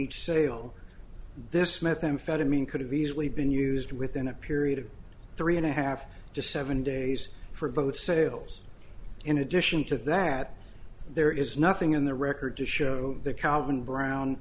each sale this methamphetamine could have easily been used within a period of three and a half to seven days for both sales in addition to that there is nothing in the record to show that calvin brown